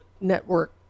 network